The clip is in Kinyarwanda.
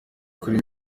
kuri